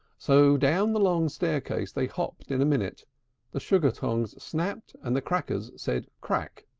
so down the long staircase they hopped in a minute the sugar-tongs snapped, and the crackers said crack!